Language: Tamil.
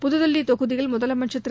புதுதில்லி தொகுதியில் முதலமைச்சர் திரு